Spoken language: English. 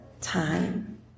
time